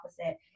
opposite